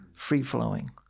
free-flowing